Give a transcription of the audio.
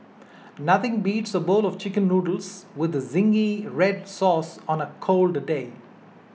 nothing beats a bowl of Chicken Noodles with Zingy Red Sauce on a cold day